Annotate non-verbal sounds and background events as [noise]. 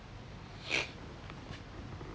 [breath]